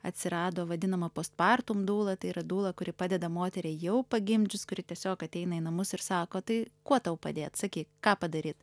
atsirado vadinama post partum dūla tai yra dūla kuri padeda moteriai jau pagimdžius kuri tiesiog ateina į namus ir sako tai kuo tau padėt sakyk ką padaryt